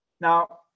Now